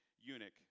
eunuch